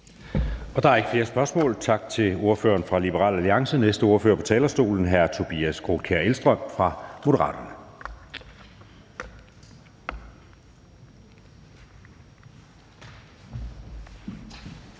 Der er ikke flere spørgsmål. Tak til ordføreren for Liberal Alliance. Næste ordfører på talerstolen er hr. Tobias Grotkjær Elmstrøm fra Moderaterne.